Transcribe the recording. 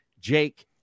Jake